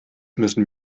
müssen